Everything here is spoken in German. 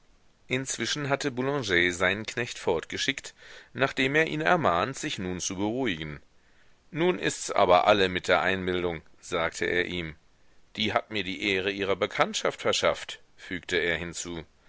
inzwischen hatte boulanger seinen knecht fortgeschickt nachdem er ihn ermahnt sich nun zu beruhigen nun ists aber alle mit der einbildung sagte er ihm die hat mir die ehre ihrer bekanntschaft verschafft fügte er hinzu